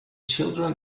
children